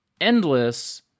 Endless